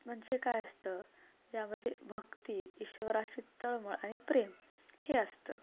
म्हणजे काय असतं ज्यामध्ये भक्ती ईश्वराची तळमळ आणि प्रेम हे असतं